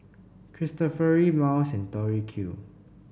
Cristofori Miles and Tori Q